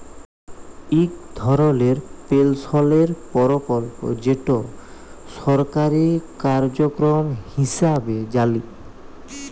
ইক ধরলের পেলশলের পরকল্প যেট সরকারি কার্যক্রম হিঁসাবে জালি